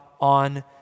on